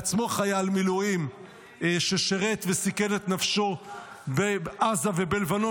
בעצמו חייל מילואים ששירת וסיכן את נפשו בעזה ובלבנון,